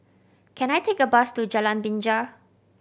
can I take a bus to Jalan Binja